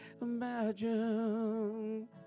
imagine